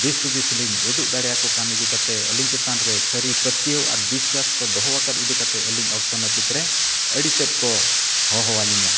ᱫᱤᱥ ᱦᱩᱫᱤᱥ ᱞᱤᱧ ᱩᱫᱩᱜ ᱫᱟᱲᱮᱭᱟᱠᱚ ᱠᱟᱱ ᱤᱫᱤ ᱠᱟᱛᱮᱫ ᱟᱹᱞᱤᱧ ᱪᱮᱛᱟᱱ ᱨᱮ ᱥᱟᱹᱨᱤ ᱯᱟᱹᱛᱭᱟᱹᱣ ᱟᱨ ᱵᱤᱥᱥᱚᱣᱟᱥ ᱠᱚ ᱫᱚᱦᱚ ᱟᱠᱟᱫ ᱤᱫᱤ ᱠᱟᱛᱮᱫ ᱟᱹᱞᱤᱧ ᱚᱠᱛᱚ ᱱᱟᱹᱯᱤᱛ ᱨᱮ ᱟᱹᱰᱤ ᱛᱮᱫ ᱠᱚ ᱦᱚᱦᱚ ᱟᱹᱞᱤᱧᱟ